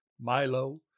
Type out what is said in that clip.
Milo